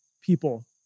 people